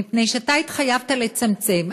מפני שאתה התחייבת לצמצם.